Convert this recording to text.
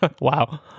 Wow